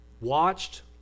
watched